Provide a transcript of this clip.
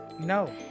No